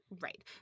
Right